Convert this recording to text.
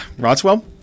Rotswell